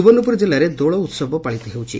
ସୁବର୍ଷପୁର ଜିଲ୍ଲାରେ ଦୋଳ ଉହବ ପାଳିତ ହେଉଛି